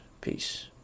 Peace